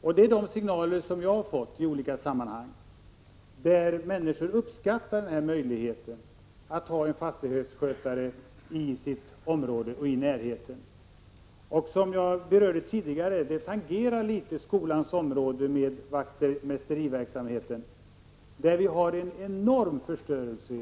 Sådana signaler har jag fått i olika sammanhang. Människor uppskattar möjligheten att ha en fastighetsskötare i närheten. Som jag tidigare berörde tangerar detta vaktmästeriverksamheten på skolans område. Där förekommer i dag en enorm förstörelse.